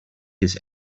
his